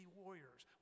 warriors